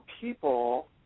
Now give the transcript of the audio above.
people